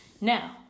Now